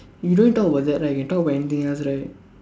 you don't want to talk about that right you can talk about anything else right